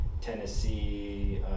Tennessee